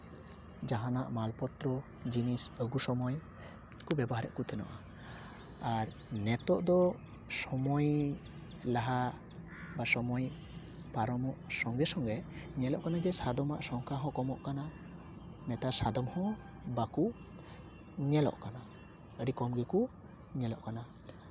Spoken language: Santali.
ᱡᱟᱦᱟᱱᱟᱜ ᱢᱟᱞ ᱯᱚᱛᱨᱚ ᱡᱤᱱᱤᱥ ᱟᱹᱜᱩ ᱥᱚᱢᱚᱭ ᱠᱚ ᱵᱮᱵᱚᱦᱟᱨᱮᱫ ᱠᱚ ᱛᱟᱦᱮᱸ ᱠᱟᱱᱟ ᱟᱨ ᱱᱤᱛᱚᱜ ᱫᱚ ᱥᱚᱢᱚᱭ ᱞᱟᱦᱟ ᱵᱟ ᱥᱚᱢᱚᱭ ᱯᱟᱨᱚᱢᱚᱜ ᱥᱚᱸᱜᱮ ᱥᱚᱸᱜᱮ ᱧᱮᱞᱚᱜ ᱠᱟᱱᱟ ᱡᱮ ᱥᱟᱫᱚᱢᱟᱜ ᱥᱝᱠᱷᱟ ᱦᱚᱸ ᱠᱚᱢᱚᱜ ᱠᱟᱱᱟ ᱱᱮᱛᱟᱨ ᱥᱟᱫᱚᱢ ᱦᱚᱸ ᱵᱟᱠᱚ ᱧᱮᱞᱚᱜ ᱠᱟᱱᱟ ᱟᱹᱰᱤ ᱠᱚᱢ ᱜᱮᱠᱚ ᱧᱮᱞᱚᱜ ᱠᱟᱱᱟ